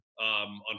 on